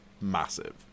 massive